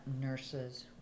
nurses